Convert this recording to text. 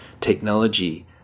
technology